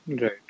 Right